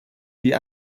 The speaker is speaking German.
die